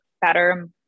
better